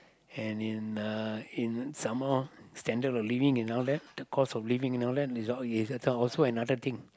and in a in some more standard of living and all that the cost of living and all that is is also another thing